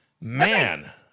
man